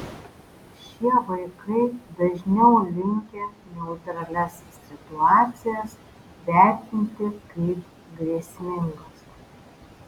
šie vaikai dažniau linkę neutralias situacijas vertinti kaip grėsmingas